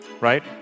right